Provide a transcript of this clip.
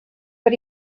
but